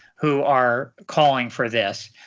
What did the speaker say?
who are calling for this.